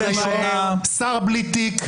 בלי תיק,